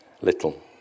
little